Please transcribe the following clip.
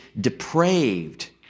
depraved